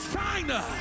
China